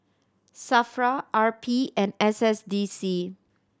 SAFRA R P and S S D C